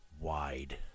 wide